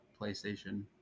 playstation